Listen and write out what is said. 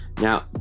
Now